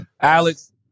Alex